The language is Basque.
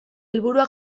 helburua